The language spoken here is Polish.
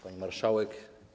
Pani Marszałek!